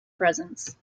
presence